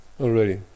already